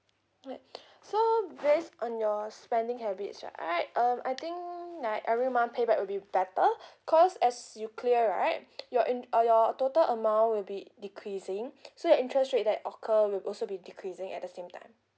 right so based on your spending habits right um I think like every month pay back will be better cause as you clear right your in uh your total amount will be decreasing so your interest rate that occur will also be decreasing at the same time